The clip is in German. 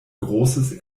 großes